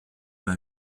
m’a